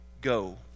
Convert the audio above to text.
go